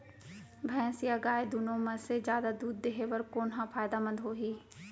भैंस या गाय दुनो म से जादा दूध देहे बर कोन ह फायदामंद होही?